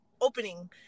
opening